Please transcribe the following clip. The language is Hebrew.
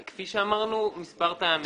כפי שאמרנו מספר פעמים.